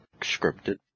scripted